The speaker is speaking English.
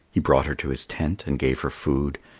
he brought her to his tent and gave her food,